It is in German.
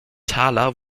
taler